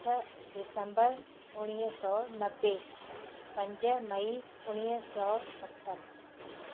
अठ दिसम्बर उणिवीह सौ नवे पंज मई उणिवीह सौ सतरि